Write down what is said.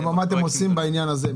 מה אתם עושים בעניין הזה?